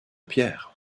pierre